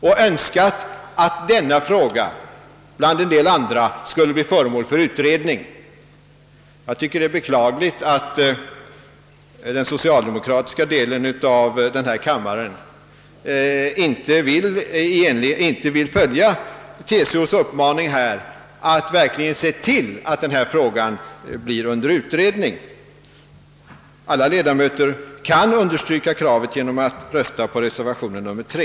TCO önskar att denna fråga, bland en del andra, skulle bli föremål för utredning. Jag tycker det är beklagligt att den socialdemokratiska delen av denna kammare inte vill följa TCO:s uppmaning att verkligen se till att den na fråga blir utredd. Alla ledamöter av: kammaren kan understryka det kravet genom att rösta på reservationen nr 3.